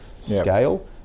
scale